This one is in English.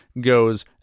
goes